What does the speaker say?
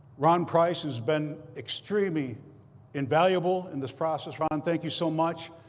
ron price has been extremely invaluable in this process. ron, thank you so much.